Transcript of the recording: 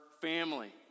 family